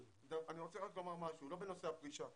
אני רוצה רק לומר משהו, לא בנושא הפרישה.